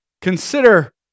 Consider